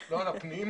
לא על הפנים,